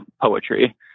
poetry